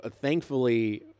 thankfully